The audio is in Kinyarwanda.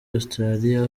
australia